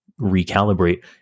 recalibrate